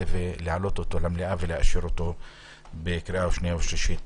ולהעלות אותו למליאה ולאשרו בקריאה שנייה ושלישית.